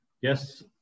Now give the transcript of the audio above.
Yes